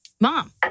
Mom